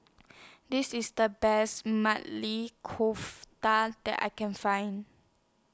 This IS The Best Maili Kofta that I Can Find